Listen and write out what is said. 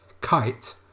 Kite